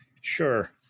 Sure